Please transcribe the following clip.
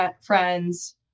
friends